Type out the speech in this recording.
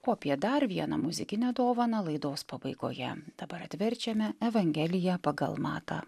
o apie dar vieną muzikinę dovaną laidos pabaigoje dabar atverčiame evangeliją pagal matą